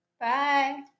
Bye